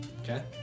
Okay